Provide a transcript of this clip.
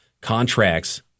contracts